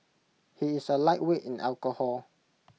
he is A lightweight in alcohol